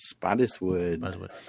Spottiswood